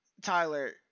Tyler